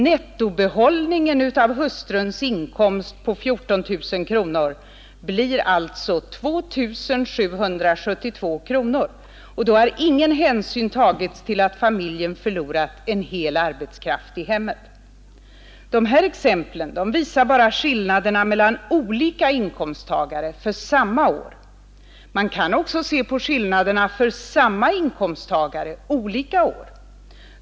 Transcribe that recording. Nettobehållningen av hustruns inkomst på 14 000 kronor blir alltså 2 772 kronor, och då har ingen hänsyn tagits till att familjen förlorat en hel arbetskraft i hemmet. Dessa exempel visar bara skillnaderna mellan olika inkomsttagare för samma år. Man kan också se på skillnaderna för samma inkomsttagare under olika år.